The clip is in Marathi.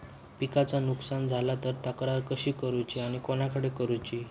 पिकाचा नुकसान झाला तर तक्रार कशी करूची आणि कोणाकडे करुची?